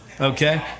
Okay